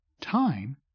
Time